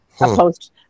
opposed